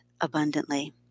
abundantly